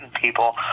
people